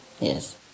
Yes